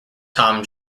tom